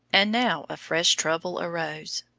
and now a fresh trouble arose.